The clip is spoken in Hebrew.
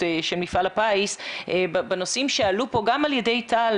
של מפעל הפיס בנושאים שעלו פה גם על ידי טל.